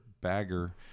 bagger